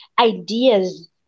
ideas